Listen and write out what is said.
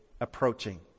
approaching